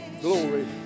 Glory